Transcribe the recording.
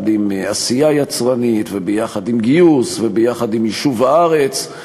עם עשייה יצרנית וביחד עם גיוס וביחד עם יישוב הארץ,